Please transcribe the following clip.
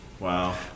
Wow